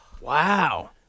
wow